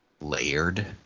layered